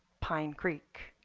pine creek.